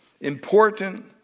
important